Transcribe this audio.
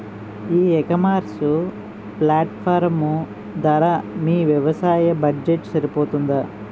ఈ ecommerce platform ధర మీ వ్యవసాయ బడ్జెట్ సరిపోతుందా?